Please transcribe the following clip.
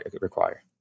require